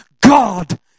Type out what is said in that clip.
God